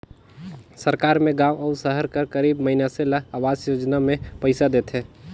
सरकार में गाँव अउ सहर कर गरीब मइनसे ल अवास योजना में पइसा देथे